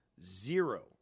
zero